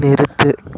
நிறுத்து